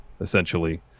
Essentially